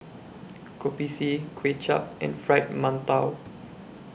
Kopi C Kuay Chap and Fried mantou